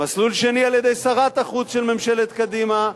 ומסלול שני על-ידי שרת החוץ של ממשלת קדימה,